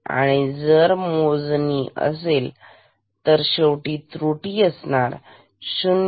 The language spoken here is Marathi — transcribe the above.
आणि जर मोजणी असेल शेवटी त्रुटी असणार 0